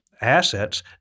assets